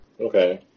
okay